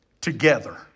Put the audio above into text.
together